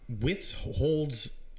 withholds